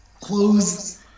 close